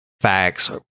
facts